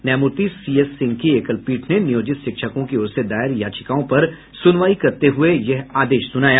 न्यायामूर्ति C S Singh की एकलपीठ ने नियोजित शिक्षकों की ओर से दायर याचिकाओं पर सुनवाई करते हुए यह आदेश सुनाया